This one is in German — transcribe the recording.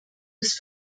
des